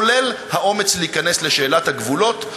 כולל האומץ להיכנס לשאלת הגבולות,